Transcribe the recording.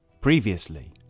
Previously